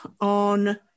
on